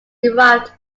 derived